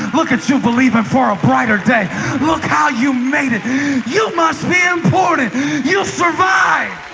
look at you believing for a brighter day look. how you made it you must be important you'll survive